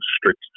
strict